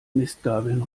mistgabeln